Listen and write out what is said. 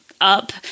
up